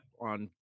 on